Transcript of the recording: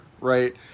Right